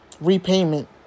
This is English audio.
repayment